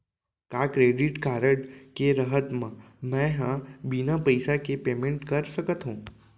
का credit card के रहत म, मैं ह बिना पइसा के पेमेंट कर सकत हो?